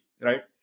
right